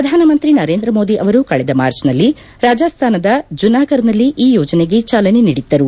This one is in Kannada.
ಪ್ರಧಾನಮಂತ್ರಿ ನರೇಂದ್ರಮೋದಿ ಅವರು ಕಳೆದ ಮಾರ್ಚ್ನಲ್ಲಿ ರಾಜಸ್ತಾನದ ಜುನಾಗರ್ನಲ್ಲಿ ಈ ಯೋಜನೆಗೆ ಚಾಲನೆ ನೀಡಿದ್ದರು